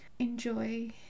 enjoy